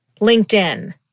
LinkedIn